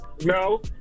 No